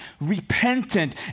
repentant